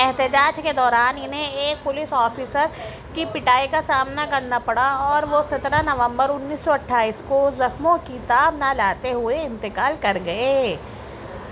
احتجاج کے دوران انہیں ایک پولیس آفیسر کی پٹائی کا سامنا کرنا پڑا اور وہ سترہ نومبر انیس سو اٹھائیس کو زخموں کی تاب نہ لاتے ہوئے انتقال کر گئے